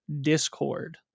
Discord